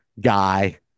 guy